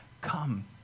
Come